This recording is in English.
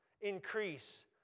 increase